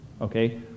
okay